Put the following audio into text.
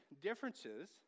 differences